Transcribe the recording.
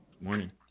Morning